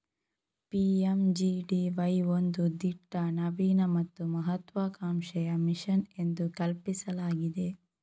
PMGDY ಒಂದು ದಿಟ್ಟ, ನವೀನ ಮತ್ತು ಮಹತ್ವಾಕಾಂಕ್ಷೆಯ ಮಿಷನ್ ಎಂದು ಕಲ್ಪಿಸಲಾಗಿದೆ